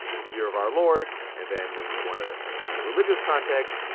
year of our lord. and then when we want ah and in the religious context,